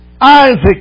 Isaac